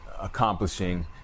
Accomplishing